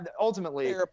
ultimately